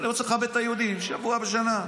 אני רוצה לכבד את היהודים שבוע בשנה,